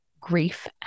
Grief